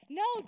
no